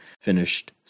finished